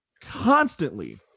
constantly